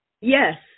Yes